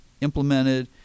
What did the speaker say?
implemented